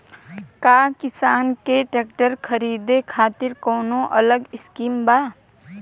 का किसान के ट्रैक्टर खरीदे खातिर कौनो अलग स्किम बा?